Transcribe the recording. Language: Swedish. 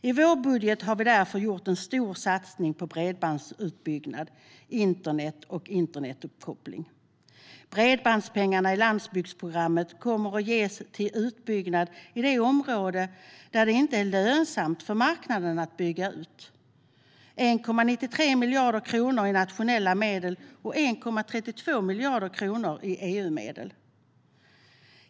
I vår budget har vi därför gjort en stor satsning på bredbandsutbyggnad, internet och internetuppkoppling. Bredbandspengarna i landsbygdsprogrammet kommer att ges till utbyggnad i de områden där det inte är lönsamt för marknaden att bygga ut - 1,93 miljarder kronor i nationella medel och 1,32 miljarder kronor i EU-medel.